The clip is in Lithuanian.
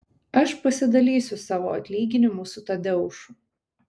aš pasidalysiu savo atlyginimu su tadeušu